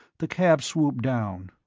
the cab swooped down.